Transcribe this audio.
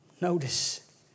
Notice